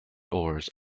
oars